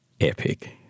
epic